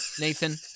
Nathan